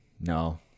No